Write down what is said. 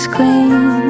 Queen